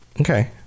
Okay